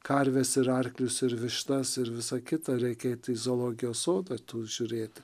karves ir arklius ir vištas ir visa kita reikėtų į zoologijos sodą žiūrėti